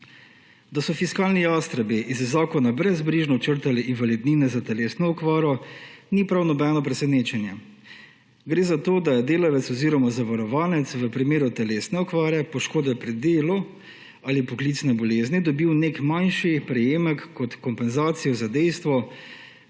Da so fiskalni jastrebi iz zakona brezbrižno črtali invalidnine za telesno okvaro, ni prav nobeno presenečenje. Gre za to, da je delavec oziroma zavarovanec v primeru telesne okvare, poškodbe pri delu ali poklicne bolezni dobil neki manjši prejemek kot kompenzacijo za dejstvo,